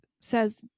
says